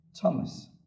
Thomas